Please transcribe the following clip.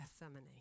Gethsemane